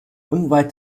unweit